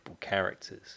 characters